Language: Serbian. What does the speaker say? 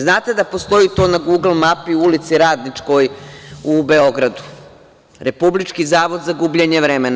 Znate da postoji to na Gugl mapi u Ulici radničkoj u Beogradu, republički zavod za gubljenje vremena.